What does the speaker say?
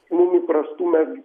neįprastų mes gi